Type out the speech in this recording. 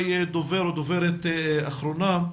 דובר או דוברת אחרונה,